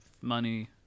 money